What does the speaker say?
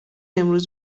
امروز